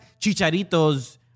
chicharitos